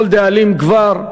כל דאלים גבר,